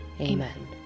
Amen